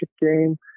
game